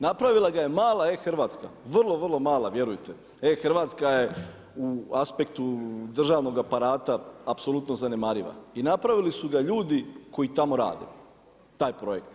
Napravila ga je mala e-Hrvatska, vrlo, vrlo mala. e-Hrvatska je u aspektu državnog aparata apsolutno zanemariva i napravili su ga ljudi koji tamo rade taj projekt.